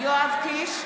יואב קיש,